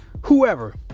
whoever